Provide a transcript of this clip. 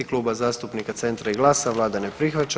Kluba zastupnika Centra i GLAS-a, vlada ne prihvaća.